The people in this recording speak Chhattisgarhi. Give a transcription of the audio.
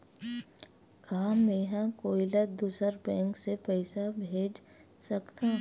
का मेंहा कोई ला दूसर बैंक से पैसा भेज सकथव?